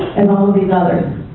and all of these others.